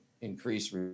increase